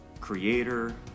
Creator